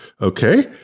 okay